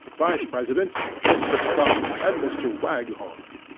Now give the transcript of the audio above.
vice-presidents mr. truck and mr. waghorn.